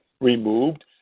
removed